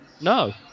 No